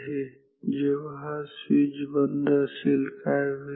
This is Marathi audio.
त्यामुळे जेव्हा स्विच बंद असेल काय होईल